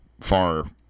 far